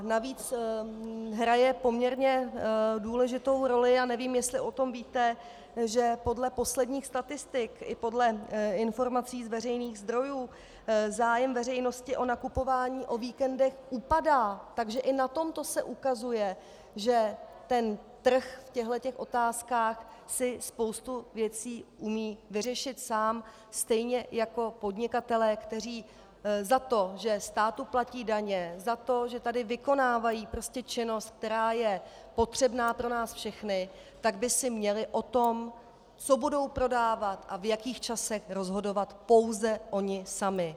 Navíc hraje poměrně důležitou roli, a nevím, jestli o tom víte, že podle posledních statistik i podle informací z veřejných zdrojů zájem veřejnosti o nakupování o víkendech upadá, takže i na tomto se ukazuje, že si trh v těchto otázkách spoustu věcí umí vyřešit sám, stejně jako podnikatelé, kteří za to, že státu platí daně, za to, že tady vykonávají činnost, která je potřebná pro nás všechny, tak by si měli o tom, co budou prodávat a v jakých časech, rozhodovat pouze oni sami.